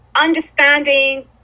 understanding